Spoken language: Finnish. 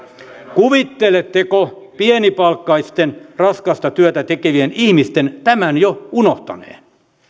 kuvitteletteko pienipalkkaisten raskasta työtä tekevien ihmisten tämän jo unohtaneen